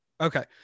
Okay